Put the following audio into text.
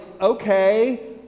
okay